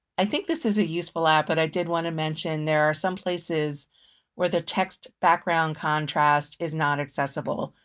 i think this is a useful app, but i did want to mention there are some places where the text background contrast is not accessible,